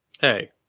Hey